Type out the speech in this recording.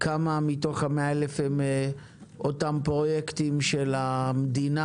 כמה מתוך ה-100,000 הם אותם פרויקטים של המדינה,